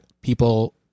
people